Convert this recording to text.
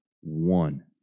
one